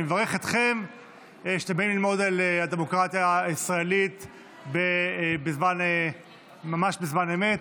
אני מברך אתכם על שאתם באים ללמוד על הדמוקרטיה הישראלית ממש בזמן אמת,